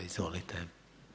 Izvolite.